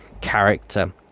character